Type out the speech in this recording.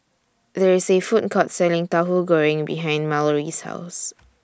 There IS A Food Court Selling Tahu Goreng behind Mallory's House